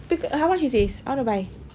becau~ how much is this I want to buy